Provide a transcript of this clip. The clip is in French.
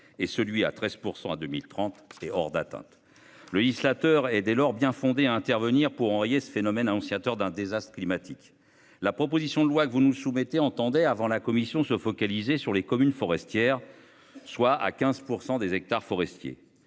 et celui de 13 % en 2030 est hors d'atteinte. Le législateur est dès lors bien fondé à intervenir pour enrayer ce phénomène annonciateur d'un désastre climatique. La proposition de loi que vous nous soumettez entendait, avant son passage en commission, se focaliser sur les communes forestières, soit à 15 % des hectares forestiers.